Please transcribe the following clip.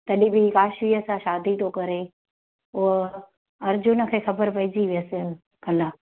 तॾहिं बि काशवीअ सां शादी थो करे उअ अर्जुन खे ख़बर पइजी वियसि कल्ह